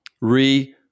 Re